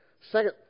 second